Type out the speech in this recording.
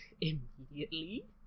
immediately